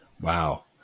Wow